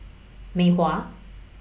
Mei Hua